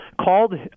called